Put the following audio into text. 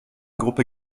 gruppe